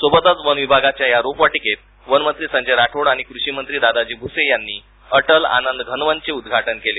सोबतच वनविभागाच्या या रोपवाटिकेत वनमंत्री संजय राठोड कृषीमंत्री दादाजी भुसे यांनी अटल आनंद घनवनचे उद्घाटन केले